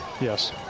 Yes